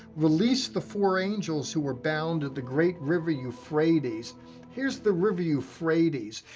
release the four angels who are bound at the great river euphrates here's the river euphrates,